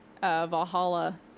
Valhalla